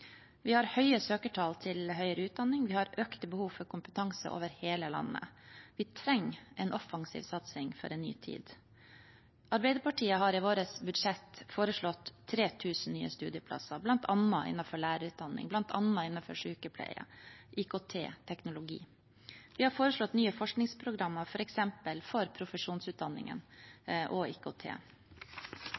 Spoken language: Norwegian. Vi har høye søkertall til høyere utdanning, det er økt behov for kompetanse over hele landet. Vi trenger en offensiv satsing for en ny tid. Arbeiderpartiet har i sitt budsjett foreslått 3 000 nye studieplasser, bl.a. innenfor lærerutdanning, sykepleie, IKT og teknologi. Vi har foreslått nye forskningsprogrammer, f.eks. for profesjonsutdanninger og IKT.